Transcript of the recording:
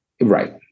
right